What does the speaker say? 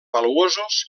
valuosos